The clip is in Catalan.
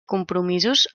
compromisos